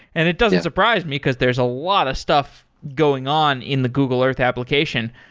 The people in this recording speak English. and it doesn't surprise me, because there's a lot of stuff going on in the google earth application.